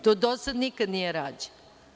To do sad nikad nije rađeno.